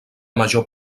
major